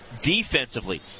defensively